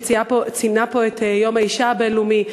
שציינה פה את יום האישה הבין-לאומי,